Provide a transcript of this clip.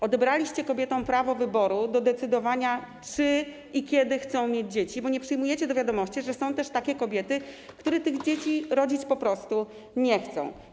Odebraliście kobietom prawo wyboru, prawo do decydowania, czy i kiedy chcą mieć dzieci, bo nie przyjmujecie do wiadomości, że są też takie kobiety, które tych dzieci rodzić po prostu nie chcą.